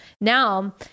Now